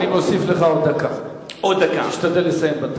אני מוסיף לך עוד דקה, תשתדל לסיים.